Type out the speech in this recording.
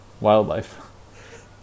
wildlife